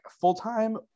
full-time